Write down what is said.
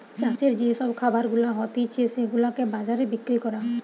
চাষের যে সব খাবার গুলা হতিছে সেগুলাকে বাজারে বিক্রি করা